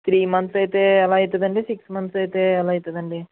three months అయితే ఎలా అవుతుందండి సిక్స్ మంత్స్ అయితే ఎలా అవుతుందండి